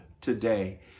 today